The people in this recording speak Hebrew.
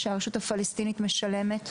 שהרשות הפלסטינית משלמת,